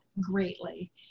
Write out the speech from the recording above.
greatly